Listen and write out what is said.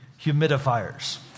humidifiers